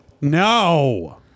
No